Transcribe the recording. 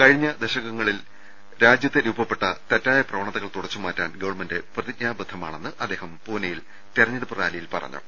കഴിഞ്ഞ ദശകങ്ങളിൽ രാജ്യത്ത് രൂപപ്പെട്ട തെറ്റായ പ്രവണതകൾ തുടച്ചുമാറ്റാൻ ഗവൺമെന്റ് പ്രതിജ്ഞാബദ്ധമാണെന്ന് അദ്ദേഹം പൂനെയിൽ തെരഞ്ഞെടുപ്പ് റാലിയിൽ പറഞ്ഞു